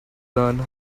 learn